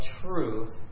truth